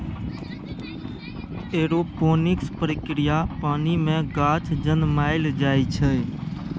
aeroponics प्रक्रिया मे पानि मे गाछ जनमाएल जाइ छै